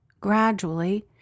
gradually